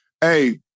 Hey